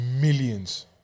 millions